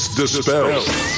dispelled